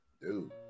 Dude